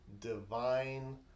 divine